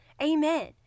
Amen